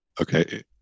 Okay